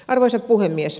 arvoisa puhemies